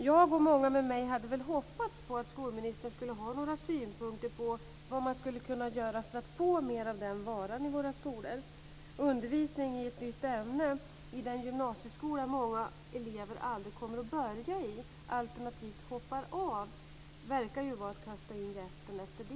Jag och många med mig hade väl hoppats på att skolministern skulle ha några synpunkter på vad man skulle kunna göra för att få mer av den varan i våra skolor. Undervisning i ett nytt ämne i den gymnasieskola som många elever aldrig kommer att börja i, alternativt hoppar av från, verkar vara att kasta in jästen efter degen.